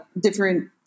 different